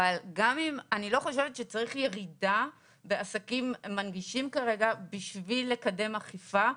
אבל אני לא חושבת שצריך ירידה בעסקים מנגישים כרגע בשביל לקדם אכיפה,